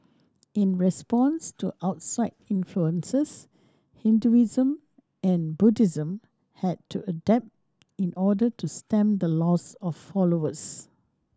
in response to outside influences Hinduism and Buddhism had to adapt in order to stem the loss of followers